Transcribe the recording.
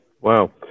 Wow